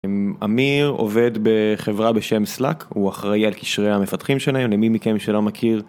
אמיר עובד בחברה בשם סלאק הוא אחראי על קשרי המפתחים שלהם למי מכם שלא מכיר.